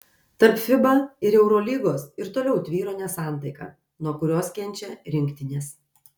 tarp fiba ir eurolygos ir toliau tvyro nesantaika nuo kurios kenčia rinktinės